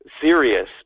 serious